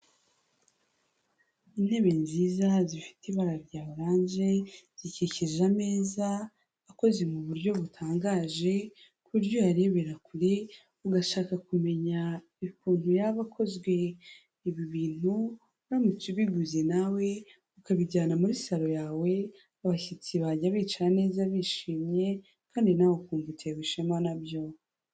Intebe nziza zifite ibara rya oranje zikikije ameza akoze mu buryo butangaje ku buryo uyarebera kure ugashaka kumenya ukuntu yaba akozwe, ibi ibintu uramutse ubiguze nawe ukabijyana muri saro yawe abashyitsi bajya bicara neza bishimye kandi nawe ukumva utewe ishema na byo.